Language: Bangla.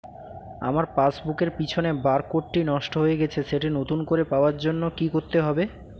আমার পাসবুক এর পিছনে বারকোডটি নষ্ট হয়ে গেছে সেটি নতুন করে পাওয়ার জন্য কি করতে হবে?